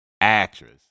actress